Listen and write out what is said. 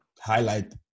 highlight